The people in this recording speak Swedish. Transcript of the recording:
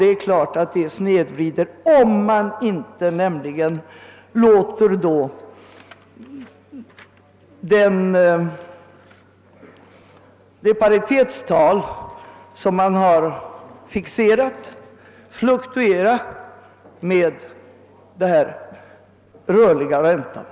Det är klart att detta medför en snedvridning, eftersom man inte kan låta det redan fixerade paritetstalet fluktuera med den rörliga räntan.